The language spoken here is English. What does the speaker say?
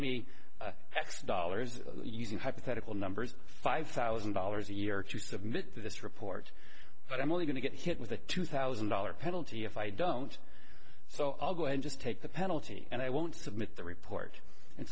me x dollars using hypothetical numbers five thousand dollars a year to submit this report but i'm only going to get hit with a two thousand dollars penalty if i don't so i'll go and just take the penalty and i won't submit the report and